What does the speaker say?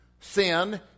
sin